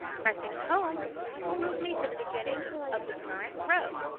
pressing home will move me to the beginning of the current row.